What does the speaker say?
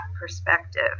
perspective